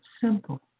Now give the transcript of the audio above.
simple